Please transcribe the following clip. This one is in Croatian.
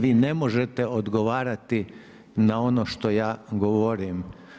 Vi ne možete odgovarati na ono što ja govorim.